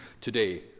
today